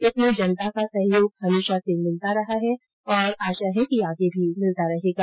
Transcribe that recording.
इसमें जनता का सहयोग हमेशा से मिलता रहा है और आशा है आगे भी मिलता रहेगा